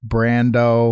Brando